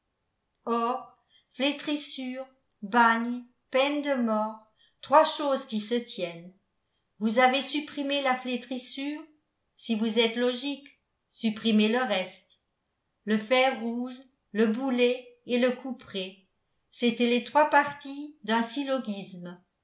or flétrissure bagne peine de mort trois choses qui se tiennent vous avez supprimé la flétrissure si vous êtes logiques supprimez le reste le fer rouge le boulet et le couperet c'étaient les trois parties d'un